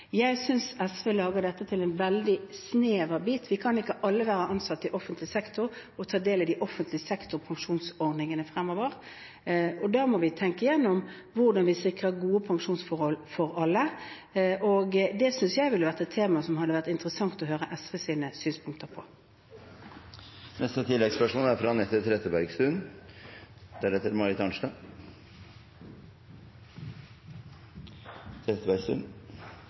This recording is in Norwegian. Jeg synes SV lager dette til en veldig snever bit. Vi kan ikke alle være ansatt i offentlig sektor og ta del i offentlig sektors pensjonsordninger fremover. Da må vi tenke igjennom hvordan vi sikrer gode pensjonsforhold for alle, og det synes jeg ville være et tema det hadde vært interessant å høre SVs synspunkter på. Anette Trettebergstuen – til oppfølgingsspørsmål. Når pris blir avgjørende ved anbud, er